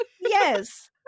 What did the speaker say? Yes